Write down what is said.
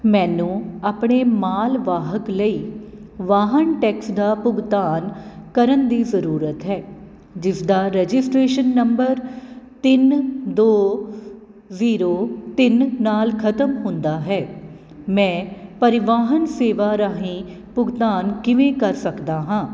ਮੈਨੂੰ ਆਪਣੇ ਮਾਲ ਵਾਹਕ ਲਈ ਵਾਹਨ ਟੈਕਸ ਦਾ ਭੁਗਤਾਨ ਕਰਨ ਦੀ ਜ਼ਰੂਰਤ ਹੈ ਜਿਸ ਦਾ ਰਜਿਸਟ੍ਰੇਸ਼ਨ ਨੰਬਰ ਤਿੰਨ ਦੋ ਜ਼ੀਰੋ ਤਿੰਨ ਨਾਲ ਖ਼ਤਮ ਹੁੰਦਾ ਹੈ ਮੈਂ ਪਰਿਵਾਹਨ ਸੇਵਾ ਰਾਹੀਂ ਭੁਗਤਾਨ ਕਿਵੇਂ ਕਰ ਸਕਦਾ ਹਾਂ